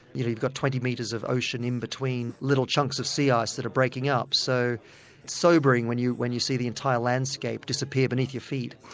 you've got twenty metres of ocean in between little chunks of sea ice that are breaking up, so sobering when you when you see the entire landscape disappear beneath your feet.